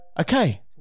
Okay